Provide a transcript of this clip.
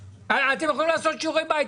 אתם יכולים לעשות שיעורי בית.